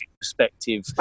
perspective